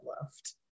left